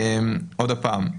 עוד פעם,